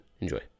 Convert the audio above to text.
Enjoy